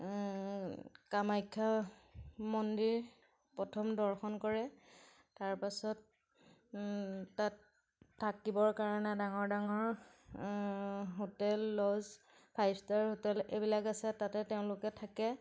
কামাখ্যা মন্দিৰ প্ৰথম দৰ্শন কৰে তাৰপাছত তাত থাকিবৰ কাৰণে ডাঙৰ ডাঙৰ hotel lodge five star hotel এইবিলাক আছে তাতে তেওঁলোকে থাকে